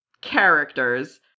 characters